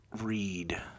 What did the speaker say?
read